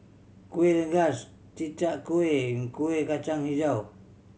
Kuih Rengas Chi Kak Kuih and Kuih Kacang Hijau